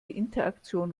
interaktion